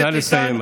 נא לסיים,